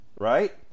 Right